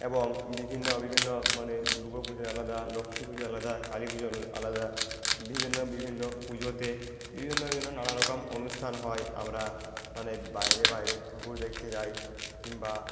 এবং বিভিন্ন বিভিন্ন মানে দুর্গা পুজো আলাদা লক্ষ্মী পুজো আলাদা কালী পুজো আলাদা বিভিন্ন বিভিন্ন পুজোতে বিভিন্ন বিভিন্ন নানা রকম অনুষ্ঠান হয় আমরা মানে বাইরে বাইরে ঠাকুর দেখতে যাই কিংবা